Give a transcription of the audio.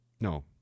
No